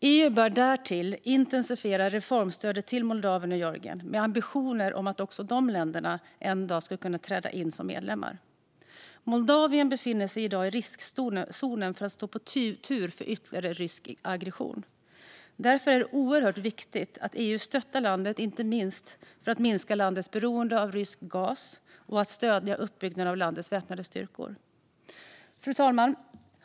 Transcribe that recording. EU bör därtill intensifiera reformstödet till Moldavien och Georgien med ambitionen att också de länderna en dag ska kunna träda in som medlemmar. Moldavien befinner sig i dag i riskzonen för att stå på tur för ytterligare rysk aggression. Därför är det oerhört viktigt att EU stöttar landet. Inte minst handlar det om att minska landets beroende av rysk gas och om att stödja uppbyggnaden av landets väpnade styrkor. Fru talman!